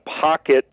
pocket